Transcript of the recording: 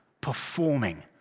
performing